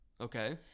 Okay